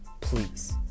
please